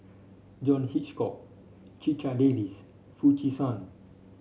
John Hitchcock Checha Davies Foo Chee San